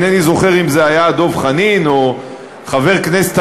אינני זוכר אם זה היה דב חנין או חבר כנסת